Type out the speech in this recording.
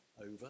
over